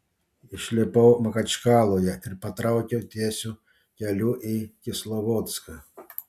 išlipau machačkaloje ir patraukiau tiesiu keliu į kislovodską